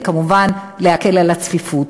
וכמובן להקל את הצפיפות.